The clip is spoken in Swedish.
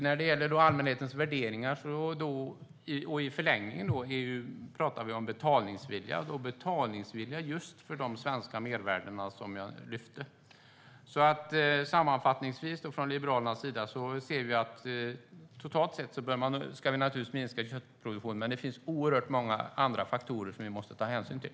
När det gäller allmänhetens värderingar pratar vi i förlängningen om betalningsvilja just för de svenska mervärden som jag lyfte fram. Sammanfattningsvis anser Liberalerna att köttproduktionen naturligtvis ska minskas totalt sett men att det finns oerhört många andra faktorer som vi måste ta hänsyn till.